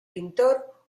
pintor